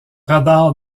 radar